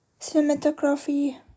cinematography